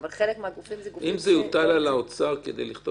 אבל חלק מהגופים הם גופים -- אם יוטל על האוצר לכתוב